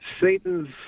Satan's